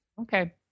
Okay